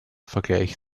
vergleich